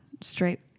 straight